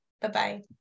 Bye-bye